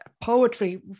poetry